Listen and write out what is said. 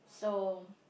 so